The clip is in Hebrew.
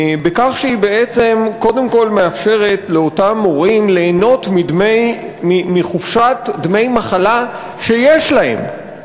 בכך שהן קודם כול מאפשרות לאותם הורים ליהנות מחופשת המחלה שיש להם,